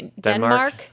Denmark